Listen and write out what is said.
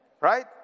right